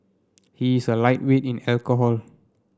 he is a lightweight in alcohol